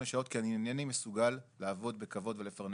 שעות כי אני אינני מסוגל לעבוד בכבוד ולפרנס.